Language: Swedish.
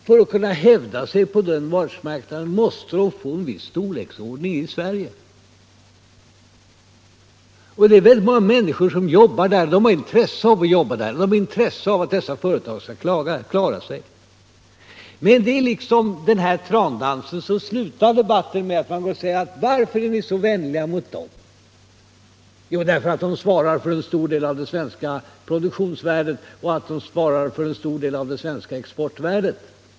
För att kunna hävda sig på världsmarknaden måste de få en viss storleksordning i Sverige. Det är väldigt många människor som jobbar i dessa företag, som har intresse av att jobba där och av att företagen skall klara sig. Men i den här trandansen slutar debatten med att ni säger: Varför är ni så vänliga mot dem? Jo, därför att de svarar för en stor del av det svenska produktionsvärdet och för att de svarar för en stor del av det svenska exportvärdet.